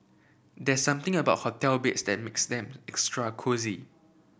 there something about hotel beds that makes them extra cosy